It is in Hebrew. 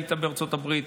היית בארצות הברית,